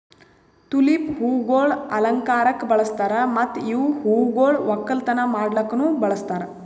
tulip ಹೂವುಗೊಳ್ ಅಲಂಕಾರಕ್ ಬಳಸ್ತಾರ್ ಮತ್ತ ಇವು ಹೂಗೊಳ್ ಒಕ್ಕಲತನ ಮಾಡ್ಲುಕನು ಬಳಸ್ತಾರ್